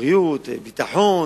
בריאות, ביטחון,